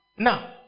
Now